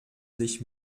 sich